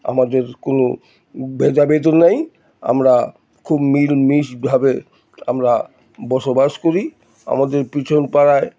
আমাদের কোনো ভেদাভেদও নেই আমরা খুব মিলমিশভাবে আমরা বসবাস করি আমাদের পিছনপড়ায়